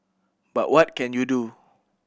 but what can you do